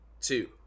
two